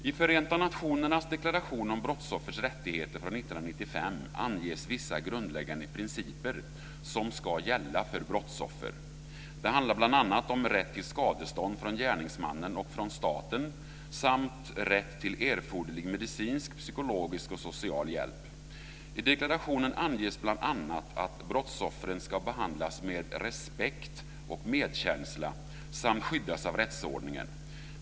I Förenta nationernas deklaration om brottsoffers rättigheter från 1995 anges vissa grundläggande principer som ska gälla för brottsoffer. Det handlar bl.a. om rätt till skadestånd från gärningsmannen och från staten samt rätt till erforderlig medicinsk, psykologisk och social hjälp. I deklarationen anges bl.a. att brottsoffren ska behandlas med respekt och medkänsla samt skyddas av rättsordningen.